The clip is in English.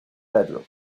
bedroom